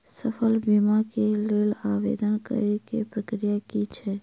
फसल बीमा केँ लेल आवेदन करै केँ प्रक्रिया की छै?